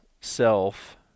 self